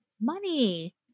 Money